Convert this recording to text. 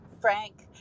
Frank